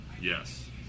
Yes